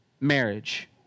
marriage